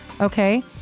okay